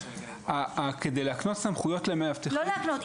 כדי להקנות סמכויות למאבטחים --- לא להקנות,